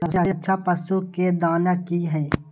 सबसे अच्छा पशु के दाना की हय?